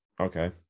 okay